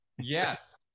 yes